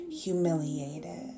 humiliated